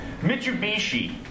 Mitsubishi